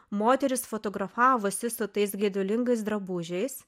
moterys fotografavosi su tais gedulingais drabužiais